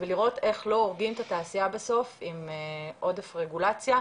ולראות איך לא הורגים את התעשיה בסוף עם עוד רגולציה.